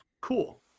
cool